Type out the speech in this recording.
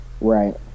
right